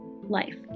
life